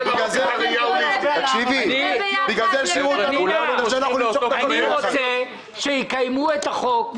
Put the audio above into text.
אני לא חושב שהוא מתווכח על העניין הזה.